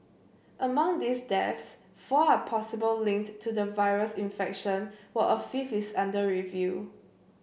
among these deaths four are possible linked to the virus infection while a fifth is under review